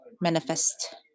Manifest